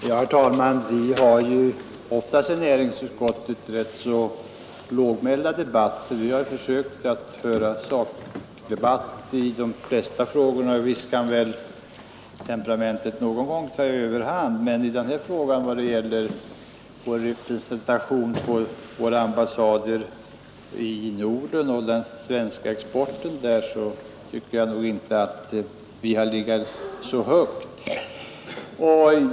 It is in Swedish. Herr talman! Vi har oftast rätt lågmälda debatter i näringsutskottet. Vi försöker föra en sakdebatt i de flesta frågor. Visst kan väl temperamentet någon gång ta överhanden, men när det gäller representationen på våra ambassader i Norden och den svenska exporten tycker jag inte att vi har legat särskilt högt.